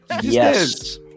Yes